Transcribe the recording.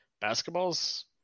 Basketball's